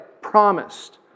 promised